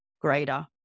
greater